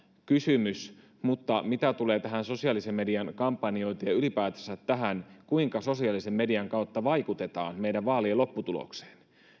kysymys mutta mitä tulee tähän sosiaalisen median kampanjointiin ja ylipäätänsä tähän kuinka sosiaalisen median kautta vaikutetaan meidän vaalien lopputulokseen